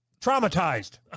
Traumatized